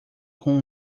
com